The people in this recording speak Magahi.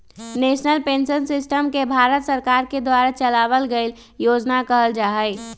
नेशनल पेंशन सिस्टम के भारत सरकार के द्वारा चलावल गइल योजना कहल जा हई